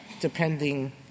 depending —